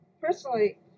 Personally